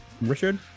Richard